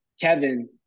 Kevin